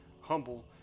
humble